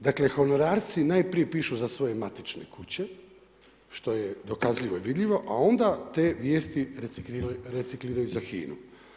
Dakle, honorarci najprije pišu za svoje matične kuće, što je dokazljivo i vidljivo, a onda te vijesti recikliraju za HINA-u.